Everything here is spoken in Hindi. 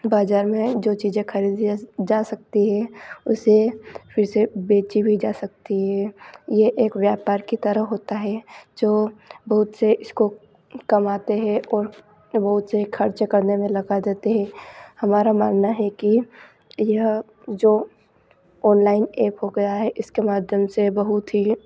बाज़ार में जो चीज़ें ख़रीदी जा सकती हैं उसे फिर से बेची भी जा सकती है यह एक व्यापार की तरह होता है जो बहुत से इसको कमाते हैं और बहुत से ख़र्च करने में लगा देते हैं हमारा मानना है कि यह जो ऑनलाइन ऐप हो गया है इसके माध्यम से बहुत ही